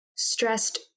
stressed